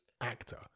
actor